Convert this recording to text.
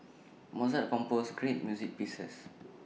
Mozart composed great music pieces